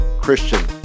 Christian